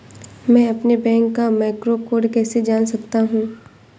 मैं अपने बैंक का मैक्रो कोड कैसे जान सकता हूँ?